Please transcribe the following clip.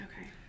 Okay